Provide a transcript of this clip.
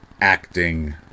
acting